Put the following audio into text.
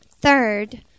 Third